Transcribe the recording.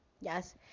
Yes